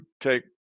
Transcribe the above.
take